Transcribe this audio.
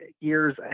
years